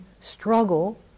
struggle